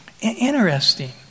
Interesting